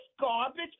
garbage